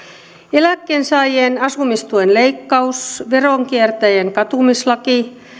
eläkkeensaajien asumistuen leikkaus veronkiertäjien katumislaki